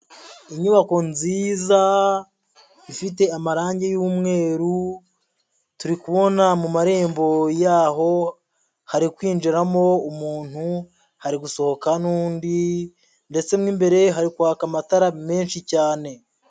Inyubako nziza ifite amarange y'umweru, turi kubona mu marembo yaho, hari kwinjiramo umuntu, hari gusohoka n'undi ndetse mo imbere hari kwaka amatara menshi cyane.